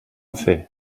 fer